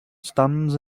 stands